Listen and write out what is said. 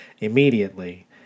immediately